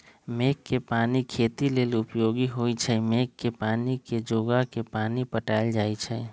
मेघ कें पानी खेती लेल उपयोगी होइ छइ मेघ के पानी के जोगा के पानि पटायल जाइ छइ